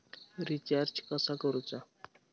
Recharge कसा करूचा?